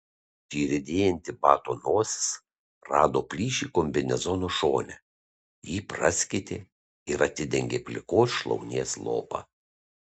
tyrinėjanti bato nosis rado plyšį kombinezono šone jį praskėtė ir atidengė plikos šlaunies lopą